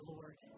Lord